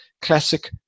Classic